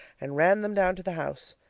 and ran them down to the house.